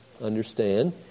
understand